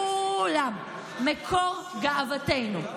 כולם מקור גאוותנו.